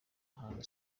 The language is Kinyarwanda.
muhanda